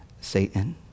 satan